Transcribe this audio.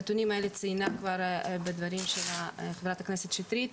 את הנתונים האלה ציינה בדברים שלה חברת הכנסת שטרית.